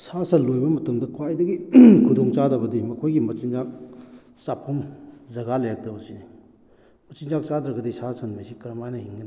ꯁꯥ ꯁꯟ ꯂꯣꯏꯕ ꯃꯇꯝꯗ ꯈ꯭ꯋꯥꯏꯗꯒꯤ ꯈꯨꯗꯣꯡ ꯆꯥꯗꯕꯗꯤ ꯃꯈꯣꯏꯒꯤ ꯃꯆꯤꯟꯖꯥꯛ ꯆꯥꯐꯝ ꯖꯒꯥ ꯂꯩꯔꯛꯇꯕꯁꯤꯅꯤ ꯃꯆꯤꯟꯖꯥꯛ ꯆꯥꯗ꯭ꯔꯒꯗꯤ ꯁꯥ ꯁꯟ ꯑꯁꯤ ꯀꯔꯃꯥꯏꯅ ꯍꯤꯡꯒꯅꯤ